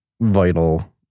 vital